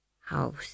house